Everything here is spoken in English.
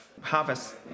harvest